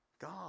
God